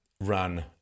run